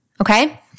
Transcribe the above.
okay